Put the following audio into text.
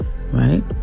right